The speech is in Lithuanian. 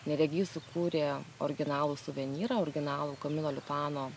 neregys sukūrė originalų suvenyrą originalų kamino lituano